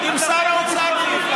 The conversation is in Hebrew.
תביא במספרים.